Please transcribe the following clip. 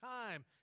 time